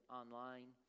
online